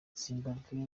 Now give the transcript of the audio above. zimbabwe